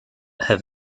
have